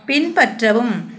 பின்பற்றவும்